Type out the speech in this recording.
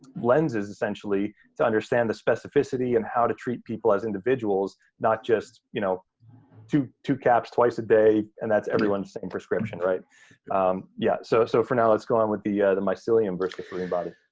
lenses, essentially, to understand the specificity and how to treat people as individuals, not just you know two, two caps twice a day, and that's everyone's same prescription. yeah so so for now, let's go on with the the mycelium versus the fruiting body.